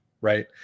right